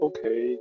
Okay